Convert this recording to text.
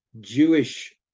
Jewish